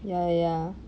ya ya